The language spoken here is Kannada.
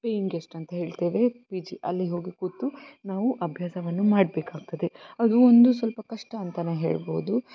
ಪೇಯಿಂಗ್ ಗೆಸ್ಟ್ ಅಂತ ಹೇಳ್ತೇವೆ ಪಿ ಜಿ ಅಲ್ಲಿ ಹೋಗಿ ಕೂತು ನಾವು ಅಭ್ಯಾಸವನ್ನು ಮಾಡಬೇಕಾಗ್ತದೆ ಅದು ಒಂದು ಸ್ವಲ್ಪ ಕಷ್ಟ ಅಂತಾನೆ ಹೇಳ್ಬೌದು